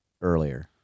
earlier